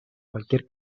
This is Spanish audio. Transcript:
cualquier